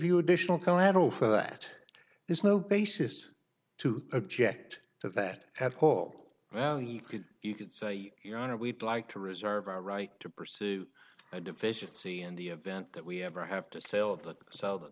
you additional collateral for that there's no basis to object to that at all well you could you could say you know we'd like to reserve our right to pursue a deficiency in the event that we ever have to sell the sell the